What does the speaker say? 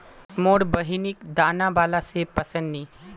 मोर बहिनिक दाना बाला सेब पसंद नी